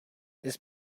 this